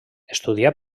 estudià